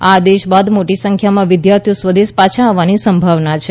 આ આદેશ બાદ મોટી સંખ્યામાં વિદ્યાર્થીઓ સ્વદેશ પાછા આવવાની સંભાવના છે